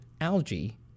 algae